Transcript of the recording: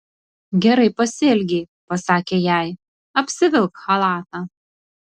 gerai pasielgei pasakė jai apsivilk chalatą